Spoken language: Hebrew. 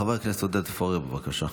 חבר הכנסת עודד פורר, בבקשה.